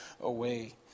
away